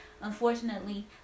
unfortunately